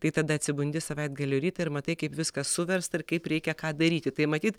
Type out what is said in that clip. tai tada atsibundi savaitgalio rytą ir matai kaip viskas suversta ir kaip reikia ką daryti tai matyt